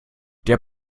der